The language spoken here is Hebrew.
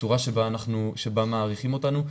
הצורה שבה מעריכים אותנו,